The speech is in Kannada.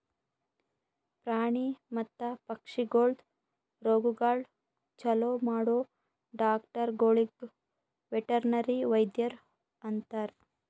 ಪ್ರಾಣಿ ಮತ್ತ ಪಕ್ಷಿಗೊಳ್ದು ರೋಗಗೊಳ್ ಛಲೋ ಮಾಡೋ ಡಾಕ್ಟರಗೊಳಿಗ್ ವೆಟರ್ನರಿ ವೈದ್ಯರು ಅಂತಾರ್